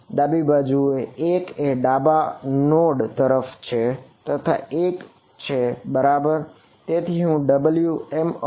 ડાબી બાજુનો 1 એ ડાબા નોડ તરફ છે તેથી તે 1 છે બરાબર